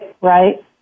Right